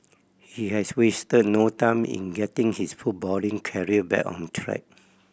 he has wasted no time in getting his footballing career back on track